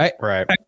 right